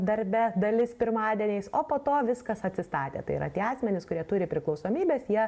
darbe dalis pirmadieniais o po to viskas atsistatė tai yra tie asmenys kurie turi priklausomybes jie